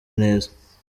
neza